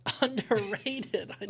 underrated